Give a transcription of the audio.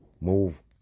Move